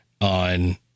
on